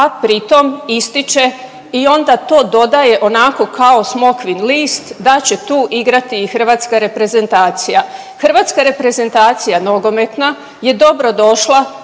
a pri tom ističe i onda to dodaje onako kao smokvin list da će tu igrati i hrvatska reprezentacija. Hrvatska reprezentacija nogometna je dobrodošla